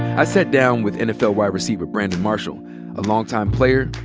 i sat down with nfl wide receiver brandon marshall, a long time player,